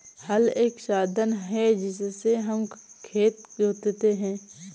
हल एक साधन है जिससे हम खेत जोतते है